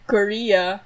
Korea